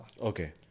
Okay